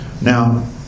Now